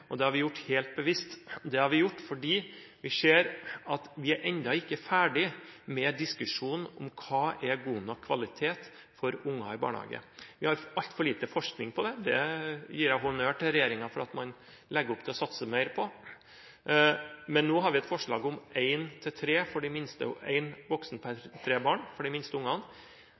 forslaget. Det har vi gjort helt bevisst, for vi ser at vi er ennå ikke er ferdig med diskusjonen om hva som er god nok kvalitet for unger i barnehagen. Vi har altfor lite forskning på det – jeg gir honnør til regjeringen for at man legger opp til å satse mer på det. Nå har vi et forslag om én voksen per tre barn, for de minste ungene.